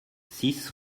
six